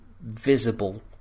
visible